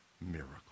miracle